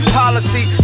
policy